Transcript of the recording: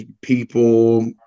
people